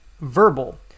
verbal